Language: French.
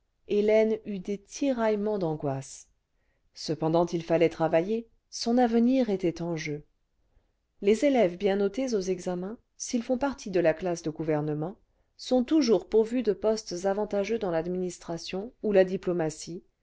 hélène eut des tiraillements d'angoisses cependant il fallait travailler son avenir était en jeu les élèves bien notés aux examens s'ils font partie de la classe de gouvernement sont toujours pourvus de postes avantageux dans l'administration ou la diplomatie